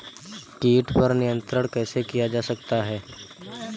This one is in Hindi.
कीट पर नियंत्रण कैसे किया जा सकता है?